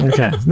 Okay